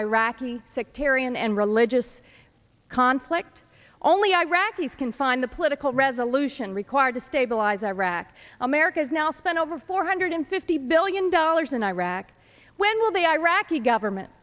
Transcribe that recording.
iraqi sectarian and religious conflict only iraqis can find the political resolution required to stabilize iraq america has now spent over four hundred fifty billion dollars in iraq when will the iraqi government